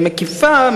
מקיפה,